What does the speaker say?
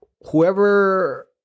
whoever